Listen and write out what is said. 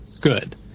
Good